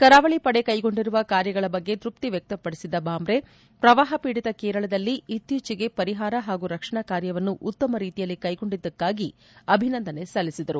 ಕರಾವಳಿ ಪಡೆ ಕೈಗೊಂಡಿರುವ ಕಾರ್ಯಗಳ ಬಗ್ಗೆ ತೃಪ್ತಿ ವ್ಯಕ್ತಪಡಿಸಿದ ಬಾಂಬ್ರೆ ಪ್ರವಾಹ ಪೀಡಿತ ಕೇರಳದಲ್ಲಿ ಇತ್ತೀಚೆಗೆ ಪರಿಹಾರ ಹಾಗೂ ರಕ್ಷಣಾ ಕಾರ್ಯವನ್ನು ಉತ್ತಮ ರೀತಿಯಲ್ಲಿ ಕ್ಯೆಗೊಂಡಿದ್ದಕ್ಕಾಗಿ ಅಭಿನಂದನೆ ಸಲ್ಲಿಸಿದರು